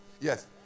yes